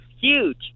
huge